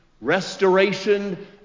restoration